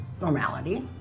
normality